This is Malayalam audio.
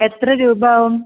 എത്ര രൂപയാവും